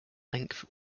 length